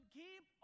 keep